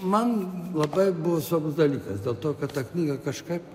man labai buvo svarbus dalykas dėl to kad ta knyga kažkaip